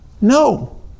No